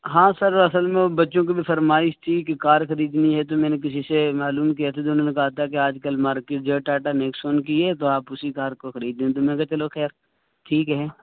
ہاں سر اصل میں وہ بچوں کی بھی فرمائش تھی کہ کار خریدنی ہے تو میں نے کسی سے معلوم کیا تھا تو انہوں نے کہا تھا کہ آج کل مارکیٹ جو ہے ٹاٹا نیکسون کی ہے تو آپ اسی کار کو خریدیں تو میں نے کہا چلو خیر ٹھیک ہے